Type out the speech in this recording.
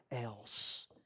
else